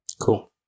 Cool